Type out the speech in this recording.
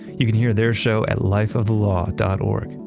you can hear their show at lifeofthelaw dot org.